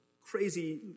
crazy